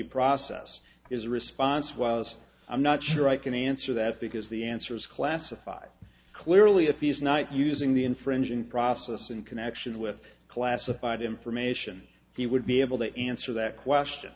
process is a response was i'm not sure i can answer that because the answer is classified clearly a piece not using the infringing process in connection with classified information he would be able to answer that question